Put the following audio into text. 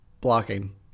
blocking